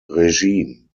regime